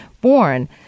born